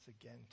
again